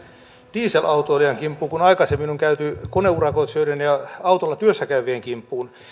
dieselautoilijan kimppuun kun aikaisemmin on käyty koneurakoitsijoiden ja autolla työssä käyvien kimppuun